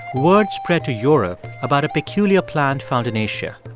word spread to europe about a peculiar plant found in asia.